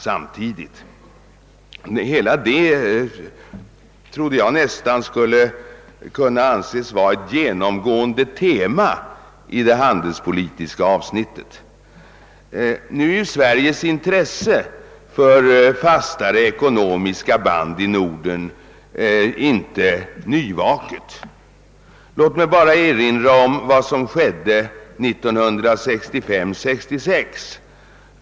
Jag trodde att detta kunde anses vara ett genomgående tema i det handelspolitiska avsnittet. Sveriges intresse för fastare ekonomiska band i Norden är ju inte nyvaket. Låt mig bara erinra om vad som skedde 1965—1966.